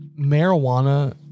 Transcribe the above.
marijuana